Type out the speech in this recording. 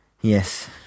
Yes